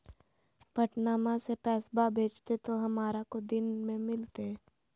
पटनमा से पैसबा भेजते तो हमारा को दिन मे मिलते?